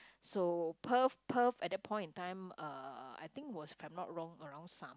so Perth Perth at that point of time uh I think was if I not wrong around su~